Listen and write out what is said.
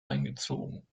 eingezogen